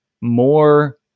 more